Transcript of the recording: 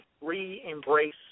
re-embrace